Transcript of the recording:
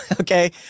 Okay